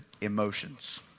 emotions